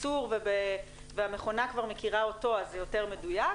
בקיצור והמכונה כבר מכירה אותו אז זה יותר מדויק,